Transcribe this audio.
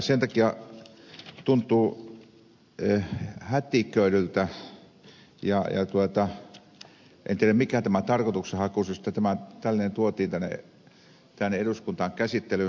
sen takia tuntuu hätiköidyltä ja en tiedä mikä tämä tarkoitushakuisuus on että tällainen tuotiin tänne eduskuntaan käsittelyyn